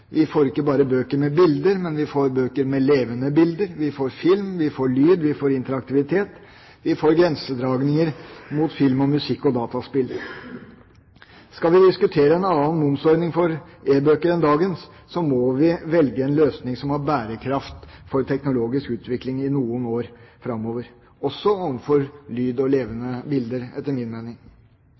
Vi får ikke bare bøker med bilder, men vi får bøker med levende bilder. Vi får film, vi får lyd, vi får interaktivitet, og vi får grensedragninger mot film og musikk og dataspill. Skal vi diskutere en annen momsordning for e-bøker enn dagens ordning, må vi velge en løsning som har bærekraft for teknologisk utvikling i noen år framover, også overfor lyd og levende bilder, etter min mening.